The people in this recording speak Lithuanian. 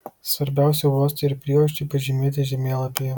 svarbiausi uostai ir prieuosčiai pažymėti žemėlapyje